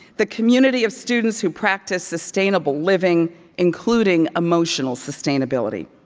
the community of students who practice sustainable living including emotional sustainability.